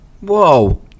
Whoa